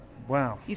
Wow